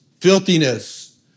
filthiness